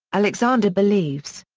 alexander believes.